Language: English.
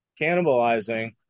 cannibalizing